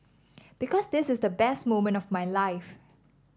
because this is the best moment of my life